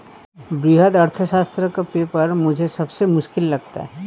वृहत अर्थशास्त्र का पेपर मुझे सबसे मुश्किल लगता है